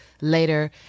later